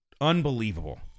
Unbelievable